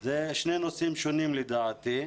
אלה שני נושאים שונים, לדעתי.